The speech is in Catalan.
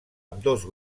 ambdós